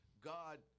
god